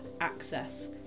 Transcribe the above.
access